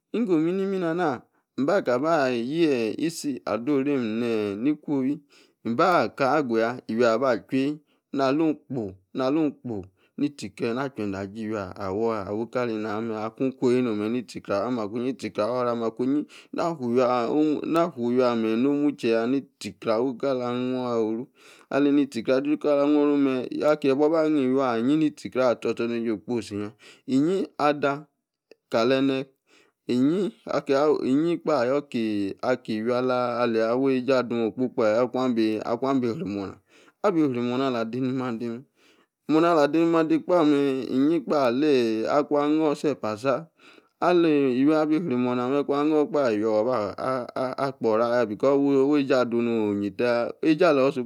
Inggo-ominimi-mba ka, ba, ayie, isi ado-osim eeh, ikwowi mba kah aguya iwi orr, aba cheyie na, alu, kpu, alu-kpu, netie-kreh na ache-se, aji-iwi-ah awah, rikaleni aya-mem, aku, okwayi, ni, tie-kreh awai, makuyi, ni-tie-kieh awor ora makayi, na, fuu, iwiah, meryi nonui cheya ni-tie kreh awo, inkala, amah, kuru, aleni tie-kreh, ado-tie ni-kala, anah kuru, mem, akie, yie buo, aba ni, iwia, iyi, ni-tie kreh, ator ostornejie okposi mem, iyin-ada kal nene, ni iyin kpa, ayor ki, iwi, aleyi awey esie, ado, okpo-kpoya ayor, aku, abi yri mouna, abi rey mouna, ala, ade ni mande mem, mouna ala, ade ni-mande, kpa, eyie kpa ali-akwa, awor sef, asa ali iwi-orr abi yru moun, aku aba, anor kpa, b kporu ya because, wey esie adon, no-oyie-taya o esie ala-so.